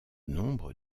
nombre